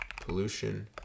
Pollution